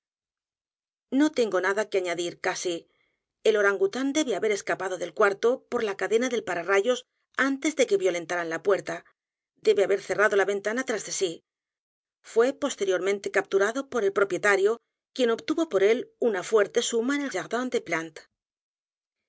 no tengo nada que añadir casi el orangután debe haber escapado del cuarto por la cadena del pararrayos antes de que violentaran la puerta debe haber cerrado la ventana tras de sí fué posterioremente capturado por el propietario quien obtuvo por él una fuerte suma en el jardín des